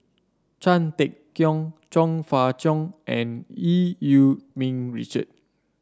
Chan Sek Keong Chong Fah Cheong and Eu Yee Ming Richard